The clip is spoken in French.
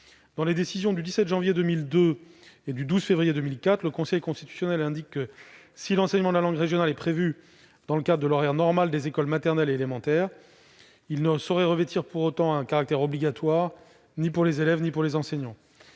Par ses décisions du 17 janvier 2002 et du 12 février 2004, le Conseil constitutionnel indique que « si l'enseignement de la langue [régionale] est prévu " dans le cadre de l'horaire normal des écoles maternelles et élémentaires ", il ne saurait revêtir pour autant un caractère obligatoire ni pour les élèves, ni pour les enseignants